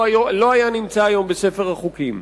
לא היה נמצא היום בספר החוקים.